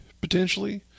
potentially